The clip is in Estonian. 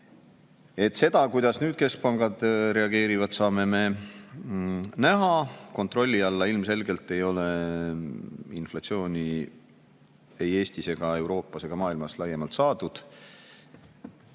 Seda, kuidas nüüd keskpangad reageerivad, saame me näha. Kontrolli alla ilmselgelt ei ole inflatsiooni ei Eestis ega Euroopas ega maailmas laiemalt saadud.